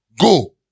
go